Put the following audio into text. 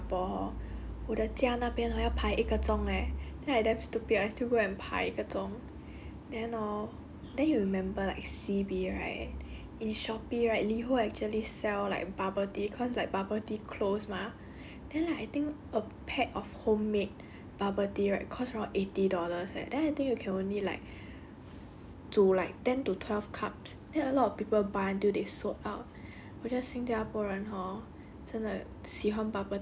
ya I still remember right when koi just started in singapore 我的家那边还要排一个钟 leh then I damn stupid I still go and 拍一个钟 then hor then you remember like C_B right in shopee right liho actually sell like bubble tea cause like bubble tea close mah then I think a pack of homemade bubble tea right costs around eighty dollars eh then I think you can only like 煮 like ten to twelve cups then a lot of people buy till they sold out